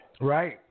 Right